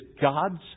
God's